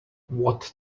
what